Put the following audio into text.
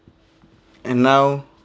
and now